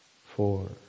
Four